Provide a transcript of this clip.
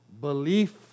belief